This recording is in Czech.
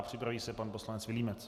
Připraví se pan poslanec Vilímec.